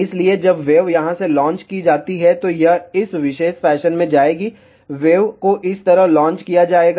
इसलिए जब वेव यहां से लॉन्च की जाती है तो यह इस विशेष फैशन में जाएगी वेव को इस तरह लॉन्च किया जाएगा